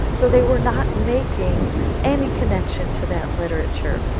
so they were not making any connection to that literature,